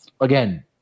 again